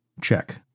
Check